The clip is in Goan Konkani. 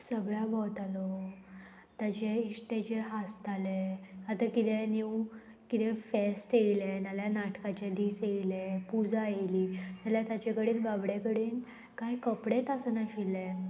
सगळ्या भोंवतालो ताचे इश्टेचेर हांसताले आतां किदेंय न्यू कितें फेस्त येयलें नाल्यार नाटकाचे दीस येयले पुजा येयली जाल्यार ताचे कडेन बाबडे कडेन कांय कपडे आसनाशिल्ले